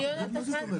אבל זה לא נכון.